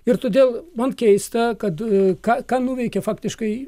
ir todėl man keista kad ką ką nuveikė faktiškai